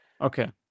okay